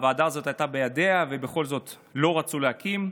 הוועדה הזאת הייתה בידיה ובכל זאת לא רצו להקים,